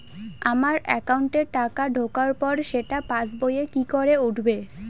আমার একাউন্টে টাকা ঢোকার পর সেটা পাসবইয়ে কি করে উঠবে?